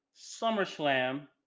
SummerSlam